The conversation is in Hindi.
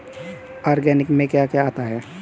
ऑर्गेनिक में क्या क्या आता है?